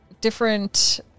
different